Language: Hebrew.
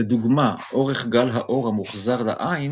לדוגמה, אורך גל האור המוחזר לעין